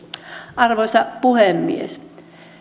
arvoisa puhemies